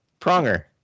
Pronger